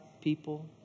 people